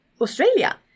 Australia